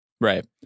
right